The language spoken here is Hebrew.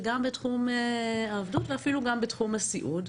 גם בתחום העבדות ואפילו גם בתחום הסיעוד.